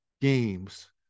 games